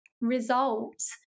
results